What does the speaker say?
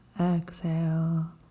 exhale